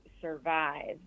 survive